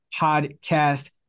podcast